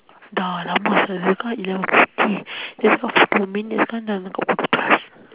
dah !alamak! dia cakap eleven fifty dia cakap empat puluh minit sekarang dah